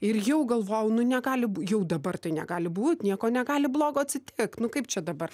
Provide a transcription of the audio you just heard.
ir jau galvojau nu negali bū jau dabar tai negali būt nieko negali blogo atsitikt nu kaip čia dabar